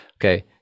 Okay